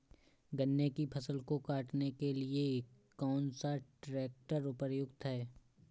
गन्ने की फसल को काटने के लिए कौन सा ट्रैक्टर उपयुक्त है?